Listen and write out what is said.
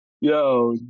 Yo